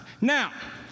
Now